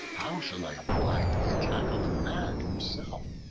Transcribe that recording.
how shall i abide the attack of the man himself?